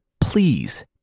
please